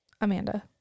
amanda